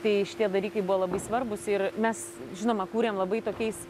tai šitie dalykai buvo labai svarbūs ir mes žinoma kūrėm labai tokiais